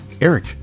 Eric